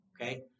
Okay